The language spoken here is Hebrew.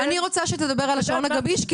אני רוצה שתדבר על השעון הגמיש,